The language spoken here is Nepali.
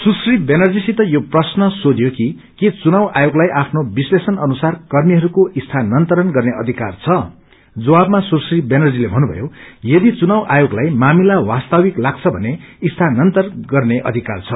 सुश्री ब्यानर्जीसित यो प्रश्न सोधियो कि के चुनाव आयोगलाई आफ्नो विश्लेषण अनुसार कर्मीहरूको स्थानान्तरण गर्ने अधिकार छ जवाबमा सुश्री व्यानर्जीले भन्नुभयो यदि चुनाव आयोगलाई मामिला वास्तविक लाग्छ भने स्थानान्तर गर्ने अधिकार छ